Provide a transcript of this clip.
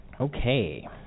Okay